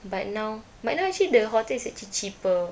but now but now actually the hotel is actually cheaper